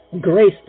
grace